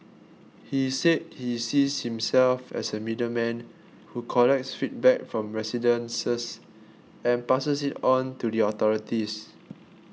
he said he sees himself as a middleman who collects feedback from residences and passes it on to the authorities